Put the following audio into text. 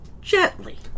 gently